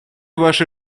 ваши